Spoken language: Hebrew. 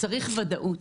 צריך ודאות.